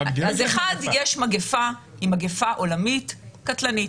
יש מגיפה, היא מגיפה עולמית קטלנית.